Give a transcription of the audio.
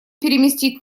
переместить